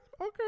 Okay